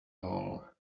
hole